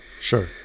Sure